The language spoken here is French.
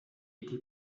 été